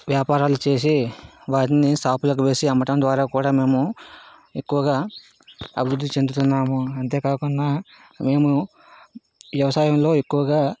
వ్యాపారాలు చేసి వారిని షాపులకు వేసి అమ్మటం ద్వారా కూడా మేము ఎక్కువగా అభివృద్ధి చెందుతున్నాము అంతేకాకుండా మేము వ్యవసాయంలో ఎక్కువగా